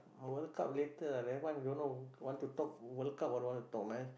World-Cup later ah that one don't know want to talk World-Cup or don't want to talk